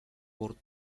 cort